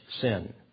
sin